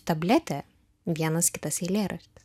tabletė vienas kitas eilėraštis